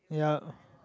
yea